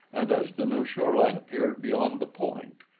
and as the new shoreline appeared beyond the point,